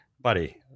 Buddy